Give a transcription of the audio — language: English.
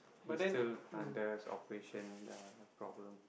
he's still under operation uh problem